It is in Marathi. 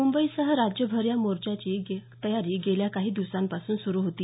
मुंबईसह राज्यभर या मोर्चाची तयारी गेल्या काही दिवसांपासून सुरू होती